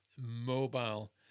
mobile